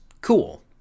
cool